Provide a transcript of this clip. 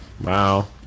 Wow